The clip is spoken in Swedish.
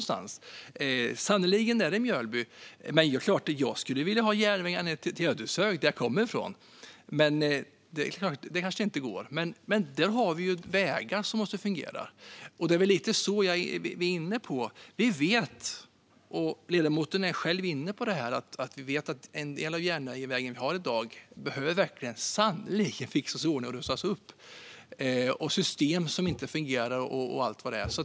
Sannerligen är det i Mjölby. Jag skulle förstås vilja ha järnväg ända ned till Ödeshög som jag kommer ifrån. Det kanske inte går, men där har vi ju vägar som måste fungera. Det är väl lite det vi är inne på, och det är ledamoten också: Vi vet att en del av den järnväg vi har i dag sannerligen behöver fixas ordning och rustas upp. Det finns system som inte fungerar och allt vad det är.